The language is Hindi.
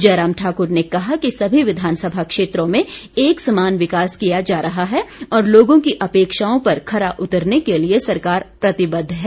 जयराम ठाकुर ने कहा कि समी विधानसभा क्षेत्रों में एक समान विकास किया जा रहा है और लोगों की अपेक्षाओं पर खरा उतरने के लिए सरकार प्रतिबद्ध है